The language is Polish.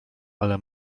ale